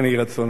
כן יהי רצון.